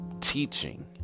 teaching